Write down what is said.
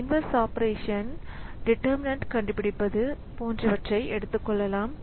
inverse operation determinant கண்டுபிடிப்பது ஆகியவற்றை எடுத்துக்கொள்ளலாம்